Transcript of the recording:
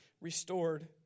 restored